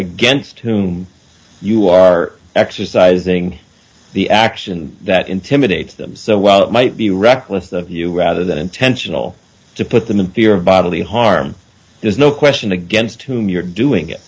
against whom you are exercising the action that intimidates them so while it might be reckless of you rather than intentional to put them in fear of bodily harm there's no question against whom you're doing it